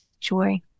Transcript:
joy